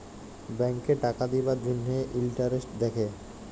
ব্যাংকে টাকা দিবার জ্যনহে ইলটারেস্ট দ্যাখে